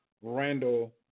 Randall